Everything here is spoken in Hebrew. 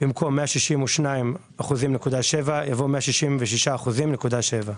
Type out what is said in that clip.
במקום "162.7%" יבוא "166.7%".